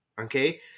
okay